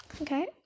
Okay